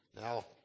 now